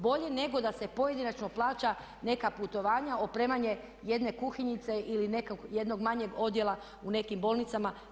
Bolje nego da se pojedinačno plaća neka putovanja, opremanje jedne kuhinjice ili jednog manjeg odjela u nekim bolnicama.